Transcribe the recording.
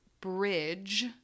bridge